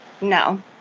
No